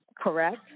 correct